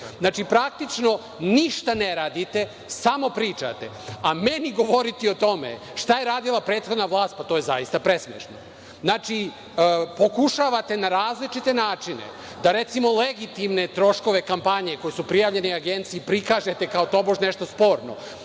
Znači, praktično ništa ne radite samo pričate, a meni govoriti o tome šta je radila prethodna vlast, pa to je zaista presmešno. Znači, pokušavate na različite načine da recimo, legitimne troškove kampanje koji su prijavljeni Agenciji, prikažete kao tobož nešto sporno,